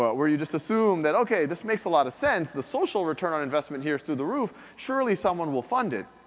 but where you just assume that okay, this makes a lot of sense, the social return on investment here is through the roof, surely someone will fund it.